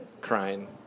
crying